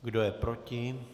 Kdo je proti?